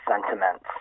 sentiments